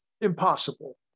impossible